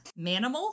Manimal